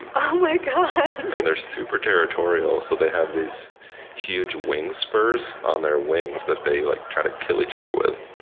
and like um ah and they're super territorial. so they have these huge wing spurs on their wings that they like to try to kill each other with.